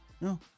no